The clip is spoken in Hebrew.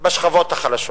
בשכבות החלשות,